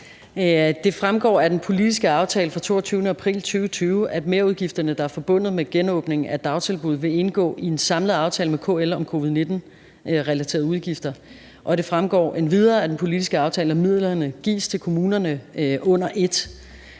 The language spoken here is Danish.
Det fremgår af den politiske aftale fra den 22. april 2020, at merudgifterne, der er forbundet med genåbningen af dagtilbuddene, vil indgå i en samlet aftale med KL om covid-19-relaterede udgifter, og det fremgår endvidere af den politiske aftale, at midlerne gives til kommunerne under et.